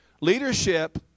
Leadership